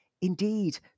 Indeed